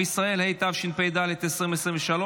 בתשרי ומלחמת חרבות ברזל,